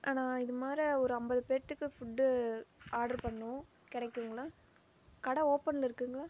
நான் இதைமார ஒரு ஐம்பது பேர்த்துக்கு ஃபுட்டு ஆர்டர் பண்ணணும் கிடைக்குங்களா கடை ஓப்பனில் இருக்குங்களா